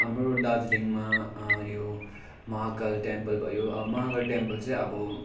हाम्रो दार्जिलिङमा यो महाकाल टेम्पल भयो महाकाल टेम्पल चाहिँ अब